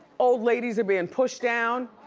old ladies are bein' pushed down.